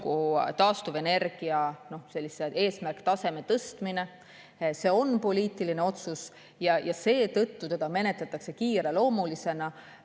kokku taastuvenergia eesmärktaseme tõstmine. See on poliitiline otsus ja seetõttu menetletakse seda kiireloomulisena.